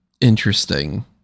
interesting